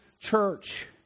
church